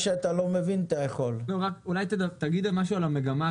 תגיד משהו על המגמה,